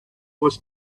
was